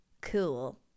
cool